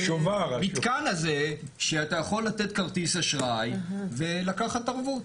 המתקן הזה שאתה יכול לתת כרטיס אשראי ולקחת ערבות.